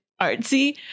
Artsy